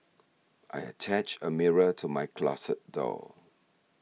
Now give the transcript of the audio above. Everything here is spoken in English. I attached a mirror to my closet door